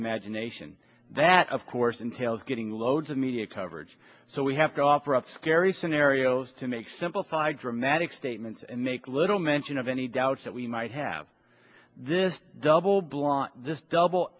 imagination that of course entails getting loads of media coverage so we have to offer up scary scenarios to make simplified dramatic statements and make little mention of any doubts that we might have this double blind this double